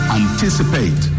anticipate